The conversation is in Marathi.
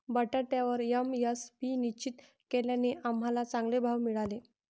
बटाट्यावर एम.एस.पी निश्चित केल्याने आम्हाला चांगले भाव मिळाले